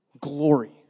glory